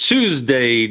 Tuesday